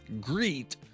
greet